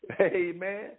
Amen